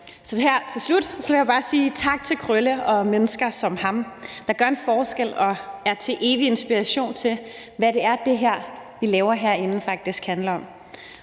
til slut vil jeg bare sige tak til Krølle og mennesker som ham, der gør en forskel og er til evig inspiration for det, vi laver herinde, og hvad det faktisk handler om,